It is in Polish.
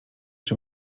czy